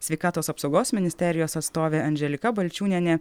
sveikatos apsaugos ministerijos atstovė anželika balčiūnienė